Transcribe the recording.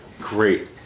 great